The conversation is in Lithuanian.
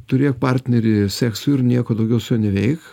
turėk partnerį seksui ir nieko daugiau su juo neveik